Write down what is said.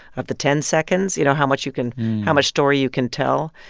of the ten seconds, you know, how much you can how much story you can tell.